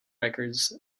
records